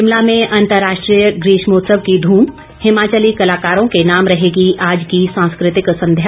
शिमला में अंतर्राष्ट्रीय ग्रीष्मोत्सव की ध्रम हिमाचली कलाकारों के नाम रहेगी आज की सांस्कृतिक संध्या